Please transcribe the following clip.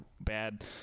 bad